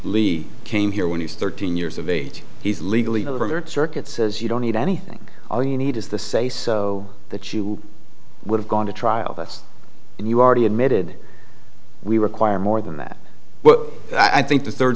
lee came here when he's thirteen years of age he's legally circuit says you don't need anything all you need is the say so that you would have gone to trial and you already admitted we require more than that but i think the third